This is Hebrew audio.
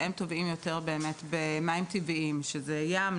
שהם טובעים יותר במים טבעיים ים,